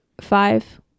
five